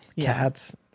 Cats